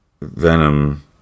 venom